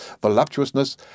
voluptuousness